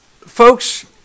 Folks